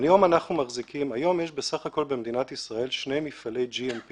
היום יש בסך הכול במדינת ישראל שני מפעלי GMP